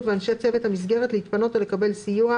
ואנשי צוות המסגרת להתפנות או לקבל סיוע,